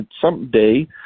Someday